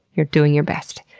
you're doing your best.